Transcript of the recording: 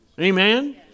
Amen